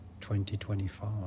2025